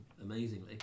amazingly